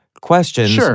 questions